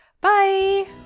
Bye